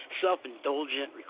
self-indulgent